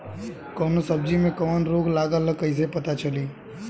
कौनो सब्ज़ी में कवन रोग लागल ह कईसे पता चली?